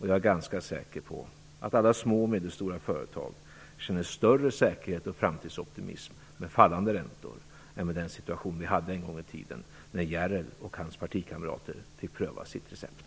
Jag är ganska säker på att man i alla små och medelstora företag känner större säkerhet och framtidsoptimism med fallande räntor än med den situation vi hade en gång i tiden, när Henrik Järrel och hans partikamrater fick pröva sitt recept.